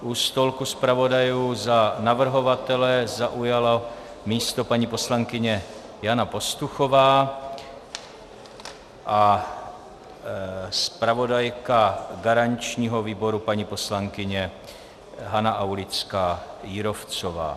U stolku zpravodajů za navrhovatele zaujala místo paní poslankyně Jana Pastuchová a zpravodajka garančního výboru paní poslankyně Hana Aulická Jírovcová.